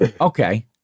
Okay